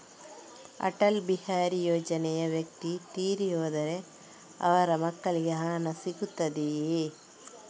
ಅಟಲ್ ಬಿಹಾರಿ ಯೋಜನೆಯ ವ್ಯಕ್ತಿ ತೀರಿ ಹೋದರೆ ಅವರ ಮಕ್ಕಳಿಗೆ ಆ ಹಣ ಸಿಗುತ್ತದೆಯೇ?